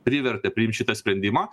privertė priimt šitą sprendimą